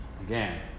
Again